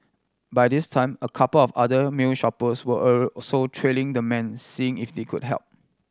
by this time a couple of other male shoppers were also trailing the man seeing if they could help